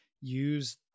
use